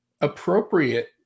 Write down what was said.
appropriate